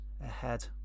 ahead